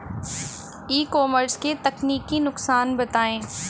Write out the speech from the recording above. ई commerce के तकनीकी नुकसान बताएं?